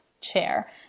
chair